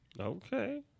Okay